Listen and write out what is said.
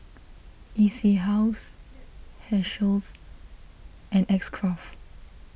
E C House Herschel's and X Craft